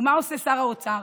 ומה עושה שר האוצר?